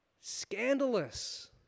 Scandalous